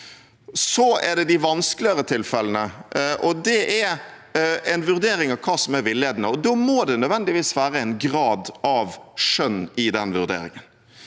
Så er det de vanskeligere tilfellene, og det er en vurdering av hva som er villedende. Da må det nødvendigvis være en grad av skjønn i vurderingen.